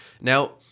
Now